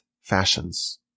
fashions